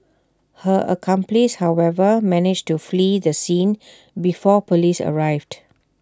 her accomplice however managed to flee the scene before Police arrived